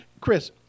Chris